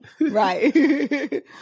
Right